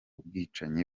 bwicanyi